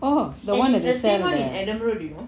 oh the one that they sell at